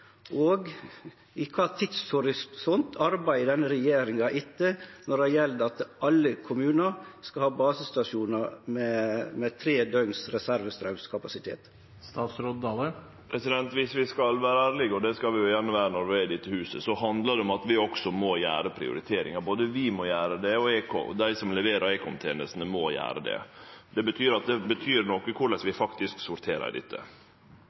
gjeld at alle kommunar skal ha basestasjonar med tre døgns reserverstraumkapasitet? Viss vi skal vere ærlege – og det skal vi jo gjerne vere når vi er i dette huset – så handlar det om at vi også må gjere prioriteringar. Både vi og dei som leverer ekomtenestene, må gjere det. Det betyr noko korleis vi faktisk sorterer dette. Det er nok slik at viss vi får opp reservestraumkapasiteten på alle basestasjonane, så hjelper det